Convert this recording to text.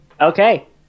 Okay